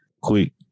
quick